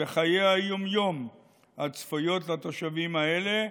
בחיי היום-יום הצפויות לתושבים האלה,